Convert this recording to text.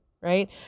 right